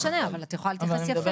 לא משנה, אבל את יכולה להתייחס יפה.